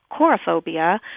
chorophobia